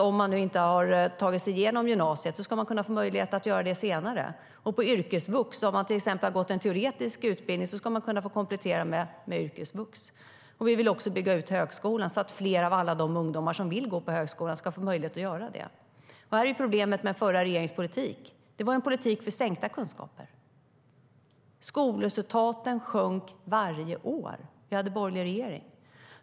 Om man inte har tagit sig igenom gymnasiet ska man kunna få möjlighet att göra det senare. Om man har gått en teoretisk utbildning ska man kunna få komplettera med yrkesvux. Problemet med den förra regeringens politik var att det var en politik för sänkta kunskaper. Skolresultaten sjönk varje år som vi hade en borgerlig regering.